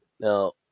Now